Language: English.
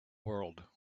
world